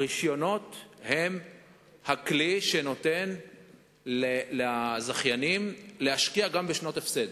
הרשיונות הם הכלי שנותן לזכיינים להשקיע גם בשנות הפסד,